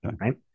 Right